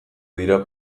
dira